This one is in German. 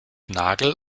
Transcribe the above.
nagel